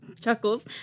chuckles